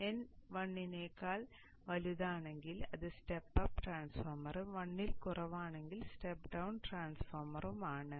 n 1 നേക്കാൾ വലുതാണെങ്കിൽ അത് സ്റ്റെപ്പ് അപ്പ് ട്രാൻസ്ഫോർമറും 1 ൽ കുറവാണെങ്കിൽ സ്റ്റെപ്പ് ഡൌൺ ട്രാൻസ്ഫോർമറും ആണ്